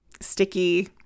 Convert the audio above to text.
sticky